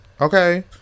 Okay